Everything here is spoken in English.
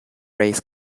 race